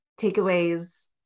takeaways